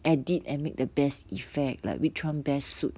edit and make the best effect like which [one] best suit